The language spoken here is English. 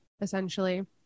essentially